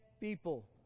people